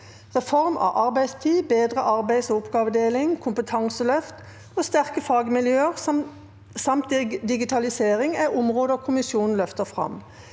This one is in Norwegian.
Reform av arbeidstid, bedre arbeids- og oppgavedeling, kompetanseløft og sterke fag- miljøer samt digitalisering er områder kommisjonen løf- ter frem.